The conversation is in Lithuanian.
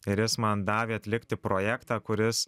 ir jis man davė atlikti projektą kuris